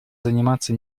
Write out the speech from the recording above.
заниматься